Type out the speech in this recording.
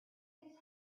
his